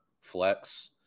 flex